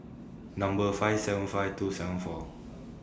Number five seven five two seven four